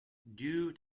due